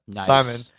Simon